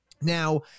Now